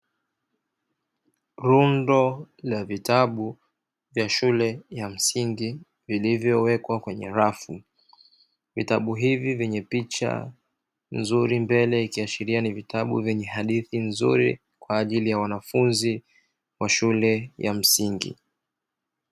Rundo la vitabu vya shule ya msingi vilivyowekwa kwenye rafu. Vitabu hivi vyenye picha nzuri mbele ikiashiria ni vitabu vyenye hadithi nzuri kwa ajili ya wanafunzi wa shule ya msingi.